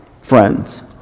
Friends